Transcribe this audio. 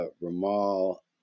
Ramal